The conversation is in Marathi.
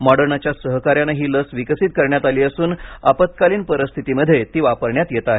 मॉडर्नाच्या सहकार्याने ही लस विकसित करण्यात आली असून आपत्कालीन परिस्थिती वापरण्यात येत आहे